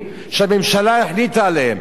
נכון שיש יותר מ-11,000,